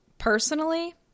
Personally